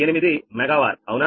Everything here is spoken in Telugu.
48మెగా వార్ అవునా